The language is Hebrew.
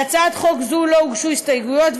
להצעת חוק זו לא הוגשו הסתייגויות,